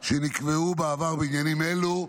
שנקבעו בעבר בעניינים אלו,